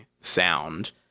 sound